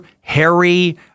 Harry